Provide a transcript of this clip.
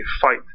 fight